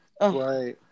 Right